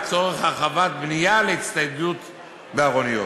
לצורך הרחבת בנייה להצטיידות בארוניות.